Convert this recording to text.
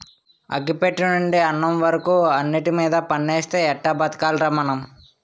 అగ్గి పెట్టెనుండి అన్నం వరకు అన్నిటిమీద పన్నేస్తే ఎట్టా బతికేదిరా మనం?